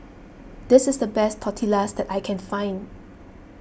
this is the best Tortillas I can find